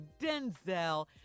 Denzel